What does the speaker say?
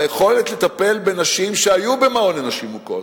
ביכולת לטפל בנשים שהיו במעון לנשים מוכות.